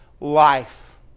life